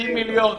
50 מיליון.